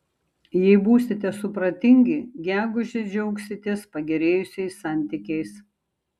jei būsite supratingi gegužę džiaugsitės pagerėjusiais santykiais